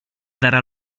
darà